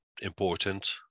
important